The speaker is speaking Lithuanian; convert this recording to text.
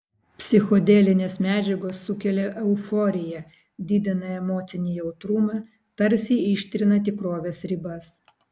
psichodelinės medžiagos sukelia euforiją didina emocinį jautrumą tarsi ištrina tikrovės ribas